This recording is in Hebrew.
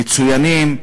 מצוינים,